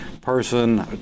person